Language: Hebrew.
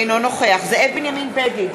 אינו נוכח זאב בנימין בגין,